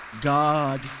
God